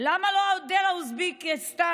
למה לא המודל האוזבקיסטני?